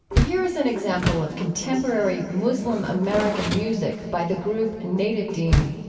here is an example of contemporary muslim-american music by the group native deen